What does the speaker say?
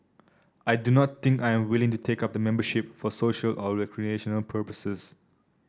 I do not think I am willing to take up the membership for social or recreational purposes